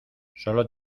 solo